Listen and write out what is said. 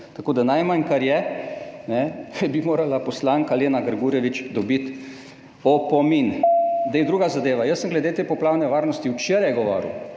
Tako da najmanj, kar je, bi morala poslanka Lena Grgurevič dobiti opomin. Druga zadeva, jaz sem glede te poplavne varnosti včeraj govoril,